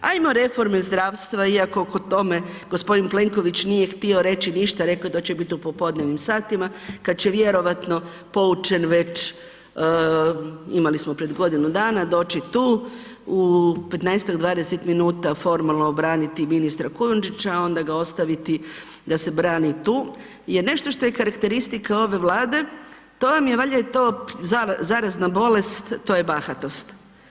Ajmo o reformi zdravstva iako oko tome g. Plenković nije htio reći ništa, reko je da će bit u popodnevnim satima kad će vjerojatno povučen već, imali smo pred godinu dana, doći tu u 15-tak, 20 minuta formalno obranit ministra Kujundžića, onda ga ostaviti da se brani tu, jer nešto što je karakteristika ove Vlade, to vam je valjda i to zarazna bolest, to je bahatost.